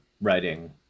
writing